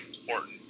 important